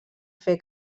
fer